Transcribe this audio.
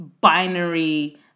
binary